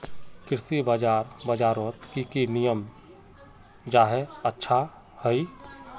कृषि बाजार बजारोत की की नियम जाहा अच्छा हाई?